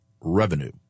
revenue